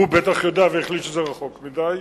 הוא בטח יודע והחליט שזה רחוק מדי,